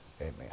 Amen